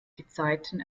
gezeiten